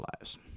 lives